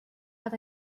paid